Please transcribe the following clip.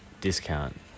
discount